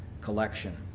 collection